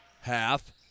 half